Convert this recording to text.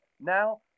Now